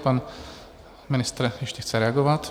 Pan ministr ještě chce reagovat.